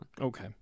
Okay